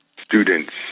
students